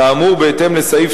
כאמור, בהתאם לסעיף